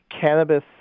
cannabis